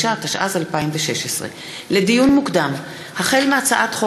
89), התשע"ז 2016. לדיון מוקדם: החל בהצעת חוק